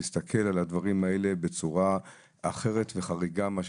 ולהסתכל על הדברים האלה בצורה אחרת וחריגה מאשר